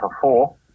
four